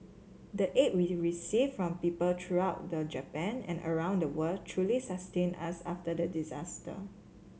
the aid we received from people throughout the Japan and around the world truly sustained us after the disaster